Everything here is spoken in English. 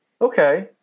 Okay